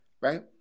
right